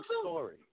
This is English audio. story